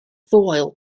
foel